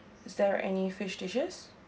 is there any fish dishes